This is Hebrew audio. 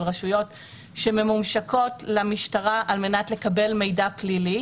רשויות שמומשקות למשטרה על-מנת לקבל מידע פלילי